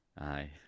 Aye